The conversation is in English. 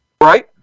Right